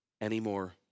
anymore